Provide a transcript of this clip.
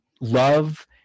love